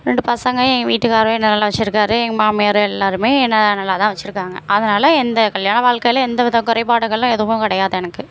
ரெண்டு பசங்க என் வீட்டுக்காரரும் என்னை நல்லா வெச்சிருக்கார் எங்கள் மாமியார் எல்லோருமே என்னை நல்லா தான் வெச்சுருக்காங்க அதனால் எந்த கல்யாண வாழ்க்கையில எந்த வித குறைபாடுகளும் எதுவும் கிடையாது எனக்கு